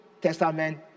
Testament